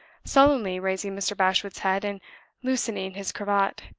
sullenly raising mr. bashwood's head, and loosening his cravat.